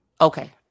Okay